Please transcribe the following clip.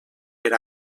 per